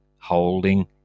holding